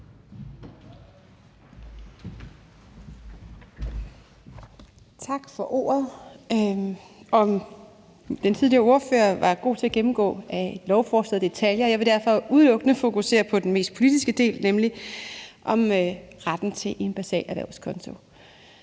Tak for ordet. Den tidligere ordfører var god til at gennemgå lovforslaget i detaljer, og jeg vil derfor udelukkende fokusere på den mest politiske del, nemlig om retten til en basal erhvervskonto.